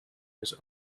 his